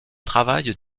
travaillent